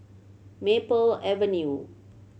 Maple Avenue